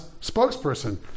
spokesperson